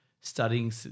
studying